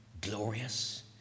glorious